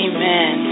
Amen